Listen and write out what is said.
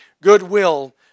goodwill